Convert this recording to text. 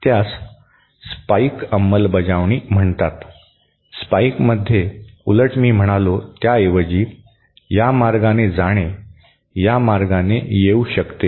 त्यास स्पाइक अंमलबजावणी म्हणतात स्पाइकमध्ये उलट मी म्हणालो त्याऐवजी या मार्गाने जाणे या मार्गाने येऊ शकते